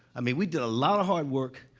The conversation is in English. i mean, we did a lot of hard work.